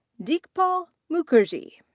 dickpaul mukherjee.